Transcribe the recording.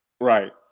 Right